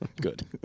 Good